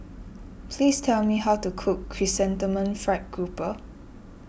please tell me how to cook Chrysanthemum Fried Grouper